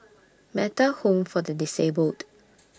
Metta Home For The Disabled